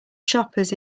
shoppers